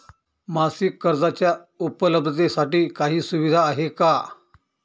मासिक कर्जाच्या उपलब्धतेसाठी काही सुविधा आहे का?